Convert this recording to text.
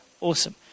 awesome